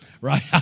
Right